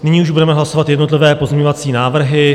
Nyní už budeme hlasovat jednotlivé pozměňovací návrhy.